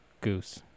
Goose